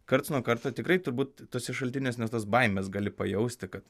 karts nuo karto tikrai turbūt tuose šaltiniuose nes tas baimes gali pajausti kad